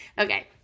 Okay